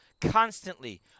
constantly